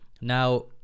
now